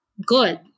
good